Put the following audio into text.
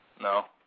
No